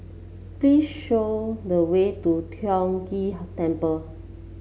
please show the way to Tiong Ghee Temple